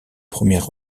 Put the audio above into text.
premières